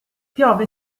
piove